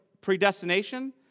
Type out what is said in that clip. predestination